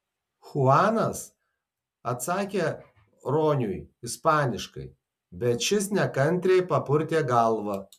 chuanas atsakė roniui ispaniškai bet šis nekantriai papurtė galvą